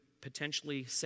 potentially